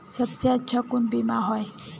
सबसे अच्छा कुन बिमा होय?